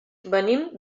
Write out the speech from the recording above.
venim